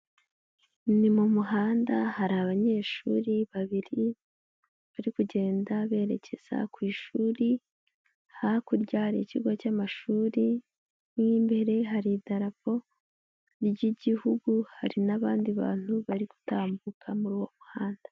Ni mu muhanda hari abanyeshuri babiri bari kugenda berekeza ku ishuri, hakurya hari ikigo cy'amashuri mo imbere hari idarapo ry'igihugu, hari n'abandi bantu bari gutambuka muri uwo muhanda.